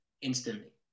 instantly